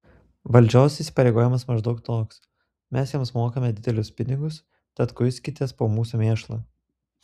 valdžios įpareigojimas maždaug toks mes jums mokame didelius pinigus tad kuiskitės po mūsų mėšlą